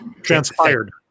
Transpired